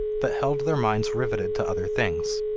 but held their minds riveted to other things.